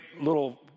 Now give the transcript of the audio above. little